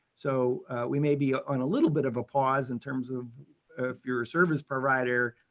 so we may be ah on a little bit of a pause in terms of if you're a service provider,